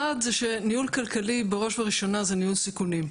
אחד זה שניהול כלכלי בראש ובראשונה זה ניהול סיכונים,